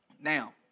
Now